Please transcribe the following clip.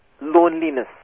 loneliness